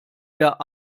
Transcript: der